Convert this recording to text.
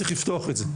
צריך לפתוח את זה.